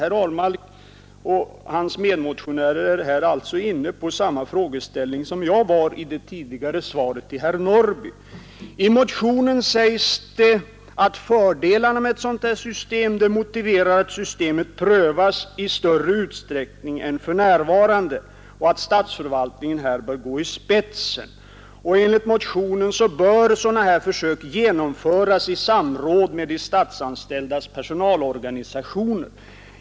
Herr Ahlmark och hans medmotionärer är här alltså inne på samma frågor som jag tog upp i mitt åberopade svar från i våras till herr Norrby i Åkersberga. I motionen sägs att fördelarna med ett sådant här system motiverar att systemet prövas i större utsträckning än för närvarande och att statsförvaltningen här bör gå i spetsen. Enligt motionen bör sådana här försök genomföras i samråd med de statsanställdas personalorganisationer.